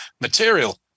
material